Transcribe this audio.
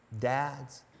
dads